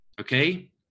Okay